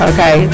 Okay